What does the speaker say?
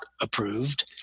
approved